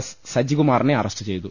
S സജികു മാറിനെ arrest ചെയ്തു